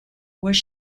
was